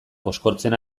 koskortzen